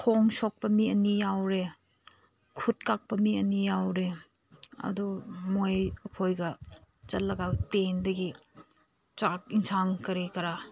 ꯈꯣꯡ ꯁꯣꯛꯄ ꯃꯤ ꯑꯅꯤ ꯌꯥꯎꯔꯦ ꯈꯨꯠ ꯀꯛꯄ ꯃꯤ ꯑꯅꯤ ꯌꯥꯎꯔꯦ ꯑꯗꯨ ꯃꯣꯏ ꯑꯩꯈꯣꯏꯒ ꯆꯠꯂꯒ ꯇꯦꯟꯗꯒꯤ ꯆꯥꯛ ꯑꯦꯟꯁꯥꯡ ꯀꯔꯤ ꯀꯔꯥ